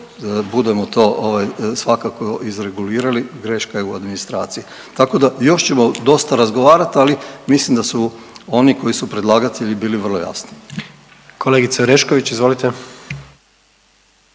budemo to ovaj svakako izregulirali, greška je u administraciji. Tako da još ćemo dosta razgovarat, ali mislim da su oni koji su predlagatelji bili vrlo jasni. **Jandroković, Gordan